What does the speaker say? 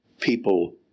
people